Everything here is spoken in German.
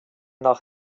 nach